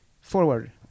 Forward